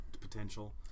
potential